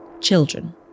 Children